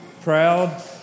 Proud